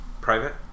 private